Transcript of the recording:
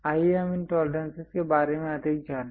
आइए हम इन टॉलरेंसेस के बारे में अधिक जानें